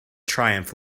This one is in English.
triumph